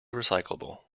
recyclable